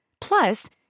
Plus